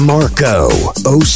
Marco